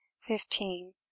Fifteen